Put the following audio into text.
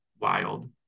wild